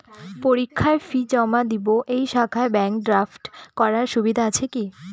পরীক্ষার ফি জমা দিব এই শাখায় ব্যাংক ড্রাফট করার সুবিধা আছে কি?